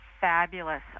Fabulous